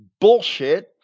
bullshit